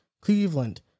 Cleveland